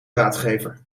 raadgever